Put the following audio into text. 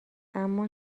اما